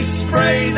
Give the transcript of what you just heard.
spray